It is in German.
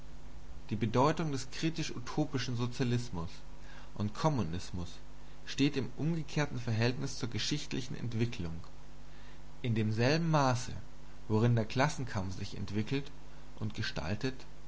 die bedeutung des kritisch utopistischen sozialismus oder kommunismus steht im umgekehrten verhältnis zur geschichtlichen entwicklung in demselben maße worin der klassenkampf sich entwickelt und gestaltet